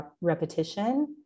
repetition